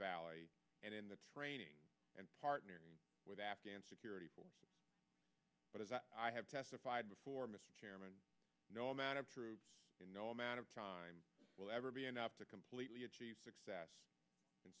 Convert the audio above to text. valley and in the training and partnering with afghan security forces but as i have testified before mr chairman no amount of troops in no amount of time will ever be enough to completely achieve success in